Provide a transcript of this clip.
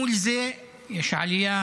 מול זה יש עלייה